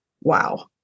Wow